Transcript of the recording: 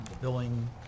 billing